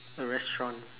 restaurant